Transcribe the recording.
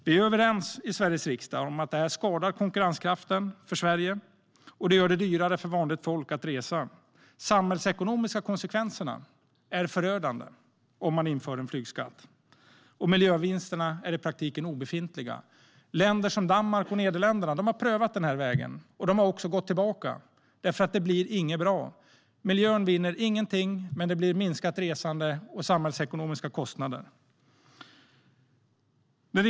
Majoriteten är i stället överens om att en flygskatt skadar Sveriges konkurrenskraft och gör det dyrare för vanligt folk att resa. De samhällsekonomiska konsekvenserna av en flygskatt är förödande, och miljövinsterna är i praktiken obefintliga. Danmark och Nederländerna har prövat denna väg, men de har gått tillbaka eftersom det inte blir bra. Miljön vinner ingenting, och det blir minskat resande och samhällsekonomiska kostnader.